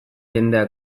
jendea